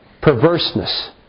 perverseness